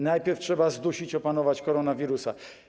Najpierw trzeba zdusić, opanować koronawirusa.